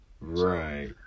Right